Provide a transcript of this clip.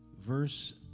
verse